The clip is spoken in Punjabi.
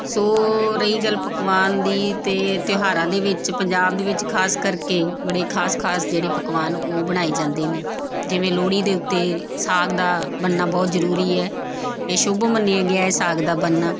ਸੋ ਰਹੀ ਗੱਲ ਪਕਵਾਨ ਦੀ ਤਾਂ ਤਿਉਹਾਰਾਂ ਦੇ ਵਿੱਚ ਪੰਜਾਬ ਦੇ ਵਿੱਚ ਖਾਸ ਕਰਕੇ ਬੜੇ ਖਾਸ ਖਾਸ ਜਿਹੜੇ ਪਕਵਾਨ ਉਹ ਬਣਾਏ ਜਾਂਦੇ ਨੇ ਜਿਵੇਂ ਲੋਹੜੀ ਦੇ ਉੱਤੇ ਸਾਗ ਦਾ ਬਣਨਾ ਬਹੁਤ ਜ਼ਰੂਰੀ ਹੈ ਇਹ ਸ਼ੁੱਭ ਮੰਨਿਆ ਗਿਆ ਸਾਗ ਦਾ ਬਣਨਾ